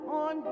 on